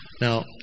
Now